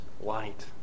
light